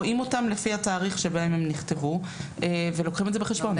רואים אותם לפי התאריך שבהם הם נכתבו ולוקחים את זה בחשבון.